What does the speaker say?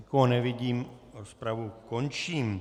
Nikoho nevidím, rozpravu končím.